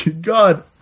God